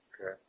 Okay